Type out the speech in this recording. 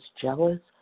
jealous